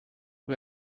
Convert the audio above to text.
who